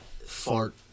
fart